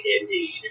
indeed